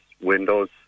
windows